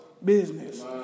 business